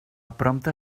prompte